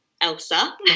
Elsa